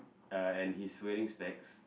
uh and he's wearing specs